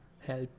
help